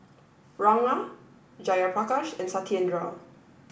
Ranga Jayaprakash and Satyendra